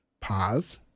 Pause